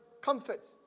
comfort